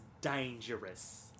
dangerous